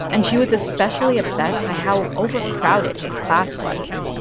and she was especially upset by how overcrowded his class was.